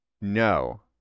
no